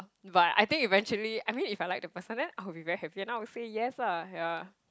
but I think eventually I mean if I like the person then I will be very happy and then I say yes lah ya